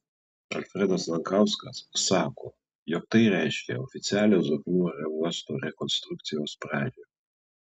alfredas lankauskas sako jog tai reiškia oficialią zoknių aerouosto rekonstrukcijos pradžią